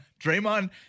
Draymond